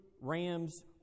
ram's